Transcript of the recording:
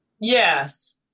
yes